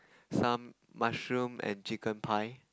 some mushroom and chicken pie